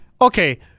Okay